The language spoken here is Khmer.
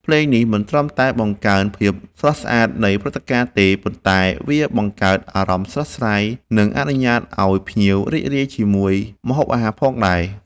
ភ្លេងនេះមិនត្រឹមតែបង្កើនភាពស្រស់ស្អាតនៃព្រឹត្តិការណ៍ទេ ប៉ុន្តែវាបង្កើតអារម្មណ៍ស្រស់ស្រាយ និងអនុញ្ញាតឲ្យភ្ញៀវរីករាយជាមួយម្ហូបអាហារផងដែរ។